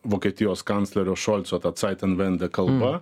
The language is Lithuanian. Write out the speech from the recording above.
vokietijos kanclerio šolco ta caitenvendė kalba